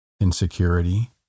insecurity